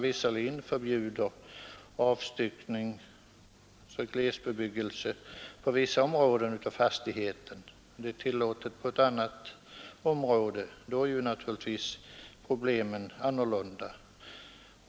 Om avstyckning för glesbebyggelse på vissa områden av fastigheten förbjuds under det att detta tillåts på andra områden, är naturligtvis problemen annorlunda.